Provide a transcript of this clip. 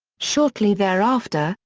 shortly thereafter,